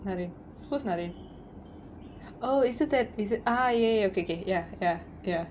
naren who's naren oh is it that is it ah ya ya okay okay ya ya ya